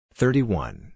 thirty-one